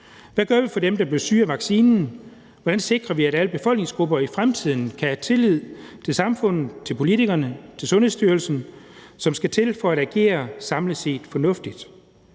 Hvad gør vi for dem, der blev syge af vaccinen? Hvordan sikrer vi, at alle befolkningsgrupper i fremtiden kan have tillid til samfundet, til politikerne, til Sundhedsstyrelsen, som skal til for at agere samlet set fornuftigt?